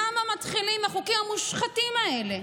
למה מתחילים עם החוקים המושחתים האלה?